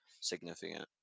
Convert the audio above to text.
significant